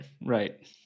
right